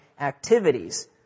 activities